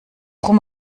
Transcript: rum